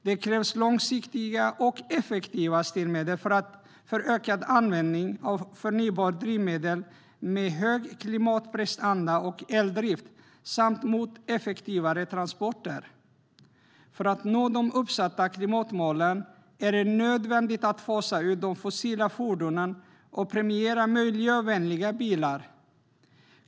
Det krävs långsiktiga och effektiva styrmedel för ökad användning av förnybara drivmedel med hög klimatprestanda och eldrift samt för effektivare transporter. För att man ska nå de uppsatta klimatmålen är det nödvändigt att fasa ut de fossildrivna fordonen och premiera miljövänliga bilar.